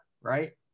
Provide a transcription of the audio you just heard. right